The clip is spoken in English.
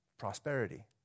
prosperity